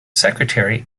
secretary